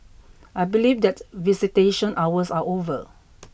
I believe that visitation hours are over